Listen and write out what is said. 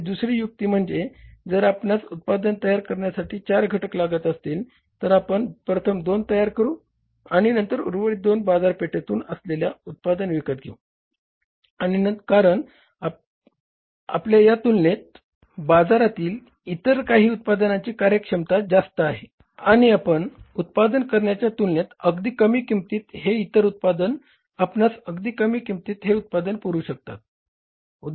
आणि दुसरी युक्ती म्हणजे जर आपणास उत्पादन तयार करण्यासाठी चार घटक लागत असतील तर आपण प्रथम दोन तयार करू शकता आणि उर्वरित दोन बाजारपेठेत तयार असलेले उत्पादन विकत घेऊ शकता कारण आपल्या तुलनेत बाजारातील इतर काही उत्पादकांची कार्यक्षमता जास्त आहे आणि आपण उत्पादन करण्याच्या तुलनेत अगदी कमी किंमतीत हे इतर उत्पादक आपणस अगदी कमी किंमतीत हे उत्पादन पुरवू शकतात